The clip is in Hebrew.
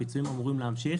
הפיצויים אמורים להמשיך.